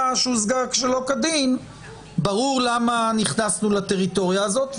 שהושגה שלא כדין ברור למה נכנסנו לטריטוריה הזאת.